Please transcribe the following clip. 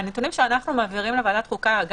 מהנתונים שאנחנו מעבירים לוועדת חוקה אגב,